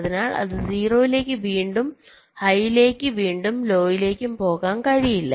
അതിനാൽ അതിന് 0 ലേക്ക് വീണ്ടും ഹൈലേക്കും വീണ്ടും ലോലേക്കും പോകാൻ കഴിയില്ല